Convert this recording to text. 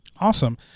awesome